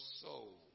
soul